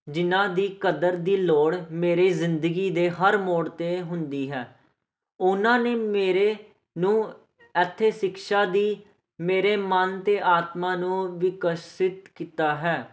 ਜਿਨ੍ਹਾਂ ਦੀ ਕਦਰ ਦੀ ਲੋੜ ਮੇਰੀ ਜ਼ਿੰਦਗੀ ਦੇ ਹਰ ਮੋੜ 'ਤੇ ਹੁੰਦੀ ਹੈ ਉਹਨਾਂ ਨੇ ਮੇਰੇ ਨੂੰ ਇੱਥੇ ਸ਼ਿਕਸ਼ਾ ਦੀ ਮੇਰੇ ਮਨ ਅਤੇ ਆਤਮਾ ਨੂੰ ਵਿਕਸਿਤ ਕੀਤਾ ਹੈ